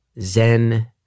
zen